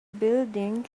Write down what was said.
building